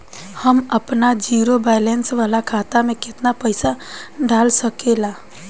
हम आपन zero balance वाला खाता मे केतना पईसा डाल सकेला?